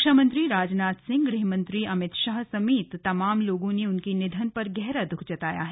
रक्षा मंत्री राजनाथ सिंह गृहमंत्री अमित शाह समेत तमाम लोगों ने उनके निधन पर गहरा दुख जताया है